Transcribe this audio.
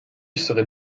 serait